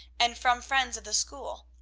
and from friends of the school.